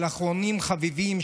אחרונים חביבים,